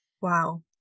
Wow